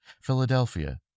Philadelphia